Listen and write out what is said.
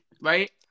right